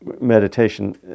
meditation